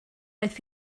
aeth